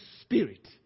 spirit